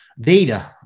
data